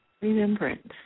remembrance